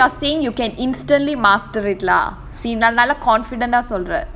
so you're saying you can instantly master it lah confident ah சொல்றேன்:solraen